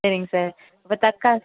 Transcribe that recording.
சரிங்க சார் இப்போ தக்கா